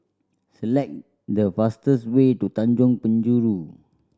select the fastest way to Tanjong Penjuru